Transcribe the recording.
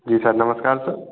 जी sir नमस्कार sir